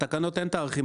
בתקנות אין תאריכים.